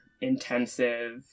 intensive